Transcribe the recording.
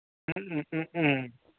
ꯎꯝ ꯎꯝ ꯎꯝ